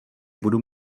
budu